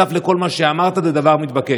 נוסף לכל מה שאמרת וזה דבר מתבקש.